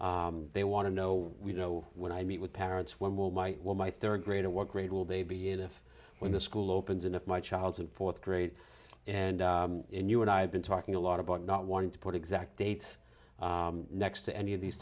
they want to know we know when i meet with parents when will my will my third grade and what grade will they be in if when the school opens and if my child's in fourth grade and you and i have been talking a lot about not wanting to put exact dates next to any of these